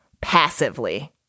passively